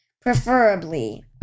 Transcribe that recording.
Preferably